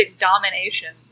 Domination